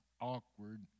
awkward